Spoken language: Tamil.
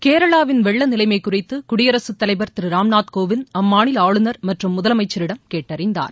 கேரளாவின் வெள்ள நிலைமை குறித்து குடியரசுத் தலைவர் திரு ராம்நாத் கோவிந்த் அம்மாநில ஆளுநர் மற்றும் முதலமைச்சரிடம் கேட்டறிந்தார்